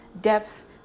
depth